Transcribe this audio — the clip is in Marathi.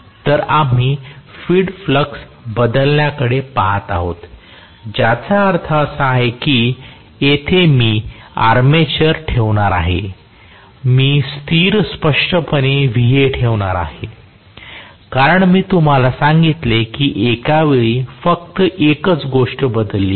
तर आम्ही फील्ड फ्लक्स बदलण्याकडे पहात आहोत ज्याचा अर्थ असा आहे की येथे मी आर्मेचर ठेवणार आहे मी स्थिर स्पष्टपणे Va ठेवणार आहे कारण मी तुम्हाला सांगितले की एका वेळी फक्त एकच गोष्ट बदलली आहे